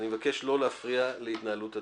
אני מבקש לא להפריע להתנהלות הדיון.